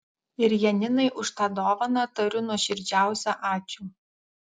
ir janinai už tą dovaną tariu nuoširdžiausią ačiū